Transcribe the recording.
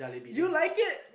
you like it